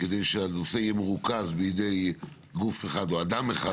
כדי שהנושא יהיה מרוכז בידי גוף אחד או אדם אחד בגוף.